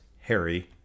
Harry